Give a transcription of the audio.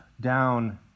down